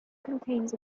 contains